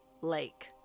Lake